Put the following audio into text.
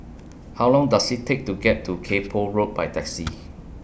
How Long Does IT Take to get to Kay Poh Road By Taxi